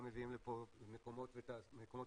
גם מביאים לפה מקומות תעסוקה,